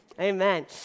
Amen